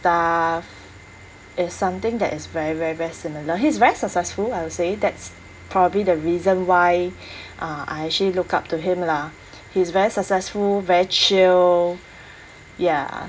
stuff is something that is very very very similar he's very successful I would say that's probably the reason why uh I actually look up to him lah he's very successful very chill ya